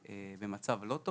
תודה רבה.